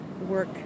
work